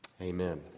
Amen